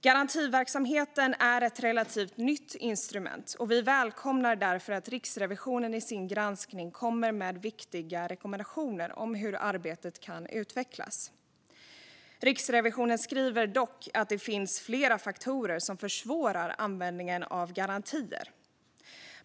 Garantiverksamheten är ett relativt nytt instrument, och vi välkomnar därför att Riksrevisionen i sin granskning kommer med viktiga rekommendationer om hur arbetet kan utvecklas. Riksrevisionen skriver dock att det finns flera faktorer som försvårar användningen av garantier.